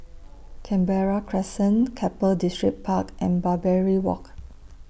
Canberra Crescent Keppel Distripark and Barbary Walk